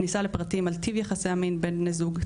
כניסה לפרטים על טיב יחסים בין בני הזוג,